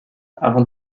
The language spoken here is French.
avant